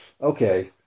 okay